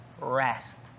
rest